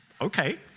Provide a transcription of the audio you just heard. Okay